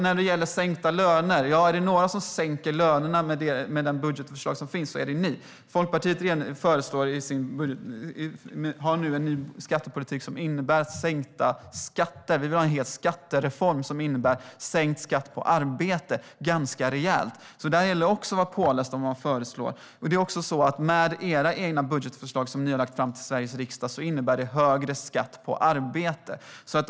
När det gäller sänkta löner vill jag säga att är det några som sänker lönerna är det ni i och med det budgetförslag som finns. Liberalerna har nu en ny skattepolitik som innebär sänkta skatter. Vi vill ha en skattereform som innebär ganska rejält sänkt skatt på arbete. Där gäller det alltså också att vara påläst om vad vi föreslår. Era egna budgetförslag som ni har lagt fram till Sveriges riksdag innebär högre skatt på arbete.